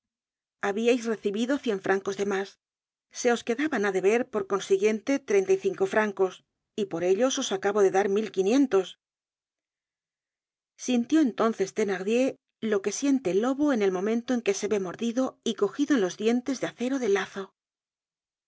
habíais recibido cien francos de mas se os quedaban á deber por consiguiente treinta y cinco francos y por ellos os acabo de dar mil quinientos sintió entonces thenardier lo que siente el lobo en el momento en que se ve mordido y cogido en los dientes de acero del lazo